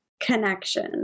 connection